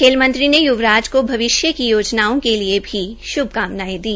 खेलमंत्री ने य्वराज को भविष्य की योजनाओं के लिये भी अपनी श्भकामनायें दी